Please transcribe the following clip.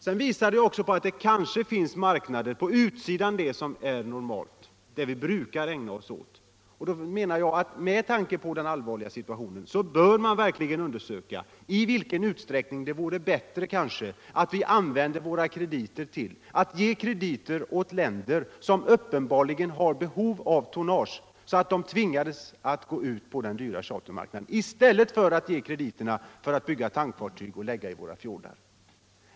Sedan visade jag också på att det kanske finns marknader utanför det som är normalt, det som vi brukar ägna oss åt. Med tanke på den allvarliga situationen bör man undersöka i vilken utsträckning det kanske vore bättre att vi använde våra resurser till att ge krediter åt länder som uppenbarligen har behov av tonnage, så att de tvingades att gå ut på den dyra chartermarknaden, i stället för att ge krediterna till att bygga tankfartyg och lägga i våra fjordar.